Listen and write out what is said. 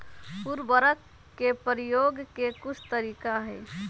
उरवरक के परयोग के कुछ तरीका हई